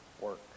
work